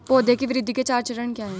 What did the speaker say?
पौधे की वृद्धि के चार चरण क्या हैं?